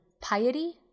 piety